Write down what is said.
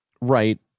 Right